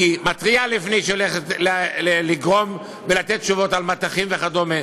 היא מתריעה לפני שהיא הולכת לגרום ולתת תשובות על מטחים וכדומה.